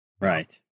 Right